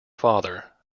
father